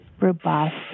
robust